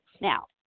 Now